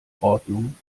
ordnung